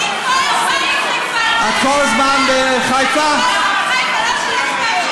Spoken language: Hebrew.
אני כל הזמן בחיפה, לא שלוש פעמים